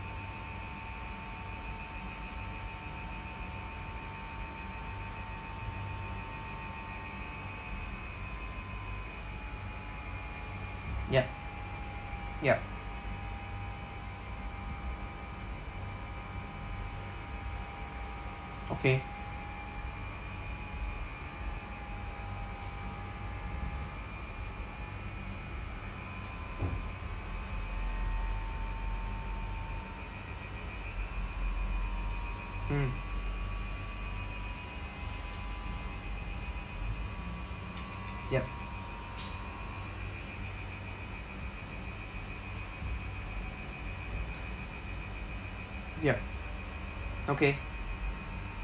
yup yup okay mm yup yup okay